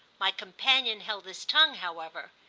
my companion held his tongue, however,